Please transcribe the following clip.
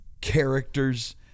characters